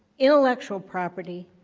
intellectual property,